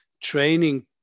training